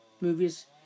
movies